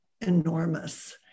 enormous